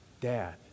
dad